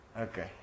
Okay